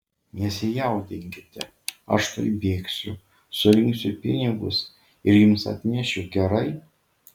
nesijaudinkite aš tuoj bėgsiu surinksiu pinigus ir jums atnešiu gerai